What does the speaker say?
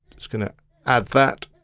just gonna add that.